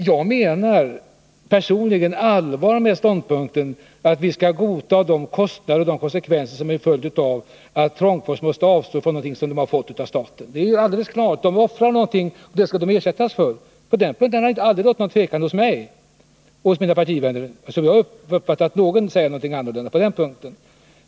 Jag menar personligen allvar med ståndpunkten att vi skall godta konsekvenserna av att Trångfors måste avstå från någonting som man har fått från staten. Det är alldeles klart — man offrar någonting, och det skall man ersättas för. I det hänseendet har det aldrig rått någon tvekan hos mig och mina partivänner. Jag har inte uppfattat att någon sagt något annat på den punkten.